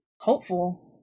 hopeful